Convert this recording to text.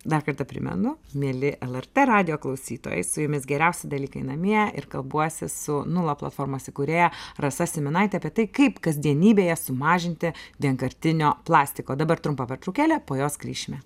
dar kartą primenu mieli lrt radijo klausytojai su jumis geriausi dalykai namie ir kalbuosi su nula platformos įkūrėja rasa syminaite apie tai kaip kasdienybėje sumažinti vienkartinio plastiko dabar trumpa pertraukėlė po jos grįšime